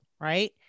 right